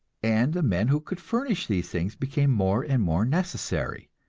and the men who could furnish these things became more and more necessary,